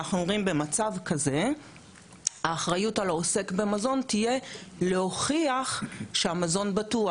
אנחנו אומרים במצב כזה האחריות על העוסק במזון תהיה להוכיח שהמזון בטוח.